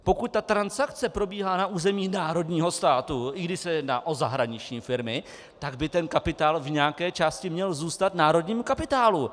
Pokud ta transakce probíhá na území národního státu, i když se jedná o zahraniční firmy, tak by ten kapitál v nějaké části měl zůstat národnímu kapitálu.